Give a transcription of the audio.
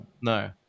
No